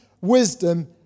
wisdom